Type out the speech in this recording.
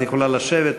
את יכולה לשבת,